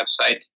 website